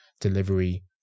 delivery